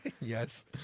Yes